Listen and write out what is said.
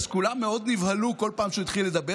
אז כולם מאוד נבהלו בכל פעם שהוא התחיל לדבר.